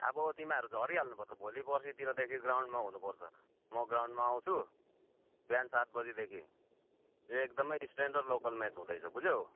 अब तिमीहरू झरिहाल्नुपर्छ भोलिपर्सितिरदेखि ग्राउन्डमा हुनुपर्छ म ग्राउन्डमा आउँछु बिहान सात बजीदेखि एकदमै स्ट्यान्डर्ड लोकल म्याच हुँदैछ बुझ्यौ